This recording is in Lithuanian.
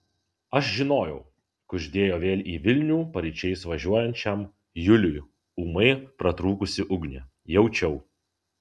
aš žinojau kuždėjo vėl į vilnių paryčiais važiuojančiam juliui ūmai pratrūkusi ugnė jaučiau